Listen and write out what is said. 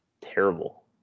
terrible